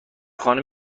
خانه